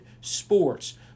sports